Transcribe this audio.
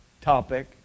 topic